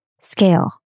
scale